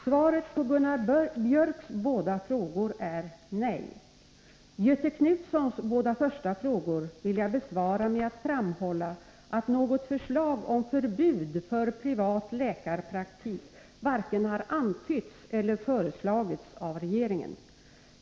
Svaret på Gunnar Biörcks båda frågor är nej. Göthe Knutsons båda första frågor vill jag besvara med att framhålla att något förslag om förbud för privat läkarpraktik varken har antytts eller föreslagits av regeringen.